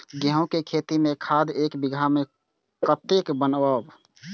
गेंहू के खेती में खाद ऐक बीघा में कते बुनब?